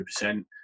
100%